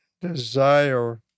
desire